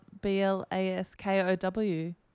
B-L-A-S-K-O-W